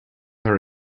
her